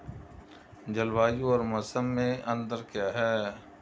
जलवायु और मौसम में अंतर क्या है?